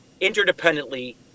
interdependently